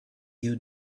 you